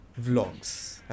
vlogs